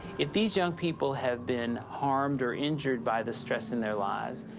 if these young people have been harmed or injured by the stress in their lives,